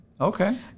Okay